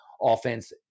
Offense